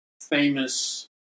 famous